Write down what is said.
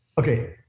Okay